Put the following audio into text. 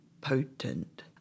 potent